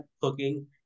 cooking